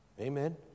Amen